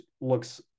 looks